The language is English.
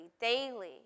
daily